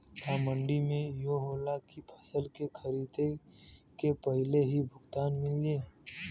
का मंडी में इहो होला की फसल के खरीदे के पहिले ही कुछ भुगतान मिले?